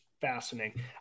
fascinating